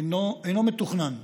אינו מתוכנן.